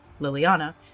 liliana